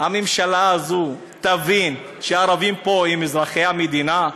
שהממשלה הזו תבין שהערבים פה הם אזרחי המדינה,